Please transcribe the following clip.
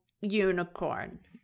unicorn